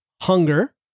hunger